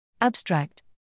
Abstract